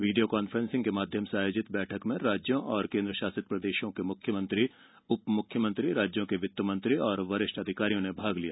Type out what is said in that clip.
video conferencing माध्यम से आयोजित बैठक में राज्यों और केन्द्र शासित प्रदेशों के मुख्यमंत्री उप मुख्यमंत्री राज्यों के वित्त मंत्री और वरिष्ठ अधिकारियों ने भाग लिया